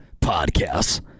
podcasts